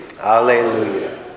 Hallelujah